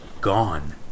gone